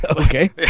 okay